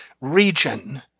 region